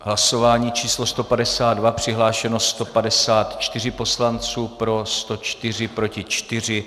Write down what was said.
Hlasování číslo 152, přihlášeno 154 poslanců, pro 104, proti 4.